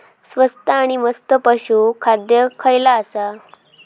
स्वस्त आणि मस्त पशू खाद्य खयला आसा?